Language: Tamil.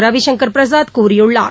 ரவிசங்கர் பிரசாத் கூறியுள்ளார்